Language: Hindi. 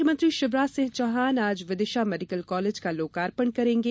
मुख्यमंत्री शिवराज सिंह चौहान आज विदिशा मेडिकल कॉलेज का लोकार्पण करेंगे